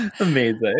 Amazing